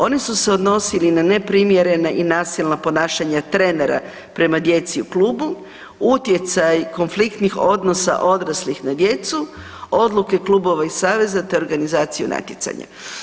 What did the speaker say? One su se odnosile na neprimjerena i nasilna ponašanja trenera prema djeci u klubu, utjecaj konfliktnih odnosa odraslih na djecu, odluke klubova i saveza te organizaciju natjecanja.